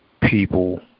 people